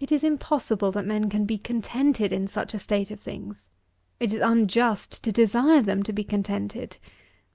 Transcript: it is impossible that men can be contented in such a state of things it is unjust to desire them to be contented